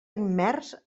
immers